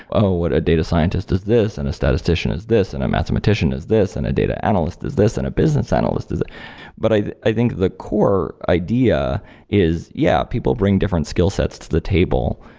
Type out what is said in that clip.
oh, what a data scientist is this and a statistician is this and a mathematician is this and a data analyst is this and a business analyst is but this. i think the core idea is yeah, people bring different skill sets to the table,